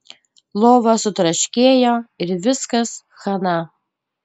lova sutraškėjo ir viskas chana